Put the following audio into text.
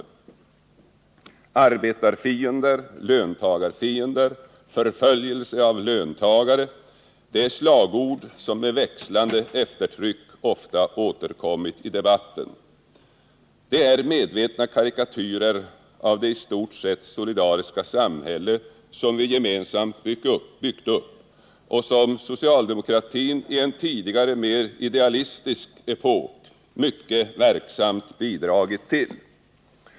”Arbetarfiender”, ”löntagarfiender”, ”förföljelse av löntagarna”; det är slagord som med växlande eftertryck ofta har återkommit i debatten. Det är medvetna karikatyrer av det i stort sett solidariska samhälle som vi gemensamt byggt upp och som socialdemokratin i en tidigare, mer idealistisk epok mycket verksamt har bidragit till.